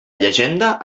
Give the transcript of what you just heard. llegenda